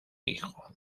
hijo